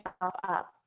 up